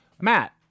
Matt